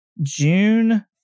June